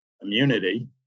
immunity